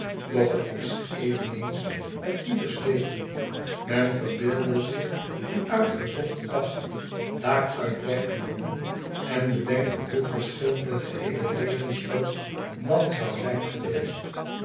doch het is eveneens met ieders leven men verbeelde zich een uitgezochten dag daaruit weggenomen en bedenke hoe verschillend de geheele levensloop dan zou zijn geweest